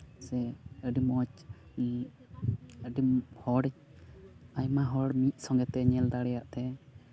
ᱥᱮ ᱟᱹᱰᱤ ᱢᱚᱡᱽ ᱟᱹᱰᱤ ᱦᱚᱲ ᱟᱭᱢᱟ ᱦᱚᱲ ᱢᱤᱫ ᱥᱚᱝᱜᱮ ᱛᱮ ᱧᱮᱞ ᱫᱟᱲᱮᱭᱟᱜ ᱛᱮ